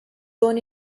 born